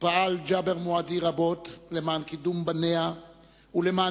פעל ג'בר מועדי רבות למען קידום בניה ולמען